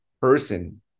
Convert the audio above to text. person